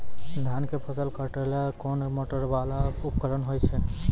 धान के फसल काटैले कोन मोटरवाला उपकरण होय छै?